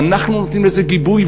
ואנחנו נותנים לזה גיבוי,